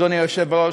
אדוני היושב בראש,